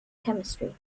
chemistry